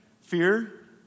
Fear